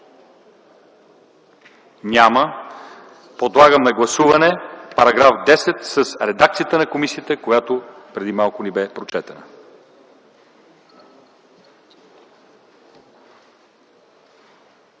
Няма. Подлагам на гласуване § 10 в редакция на комисията, която преди малко ни бе прочетена.